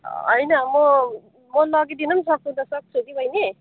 होइन म म लगिदिनु पनि सक्छु त सक्छु कि बैनी